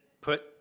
put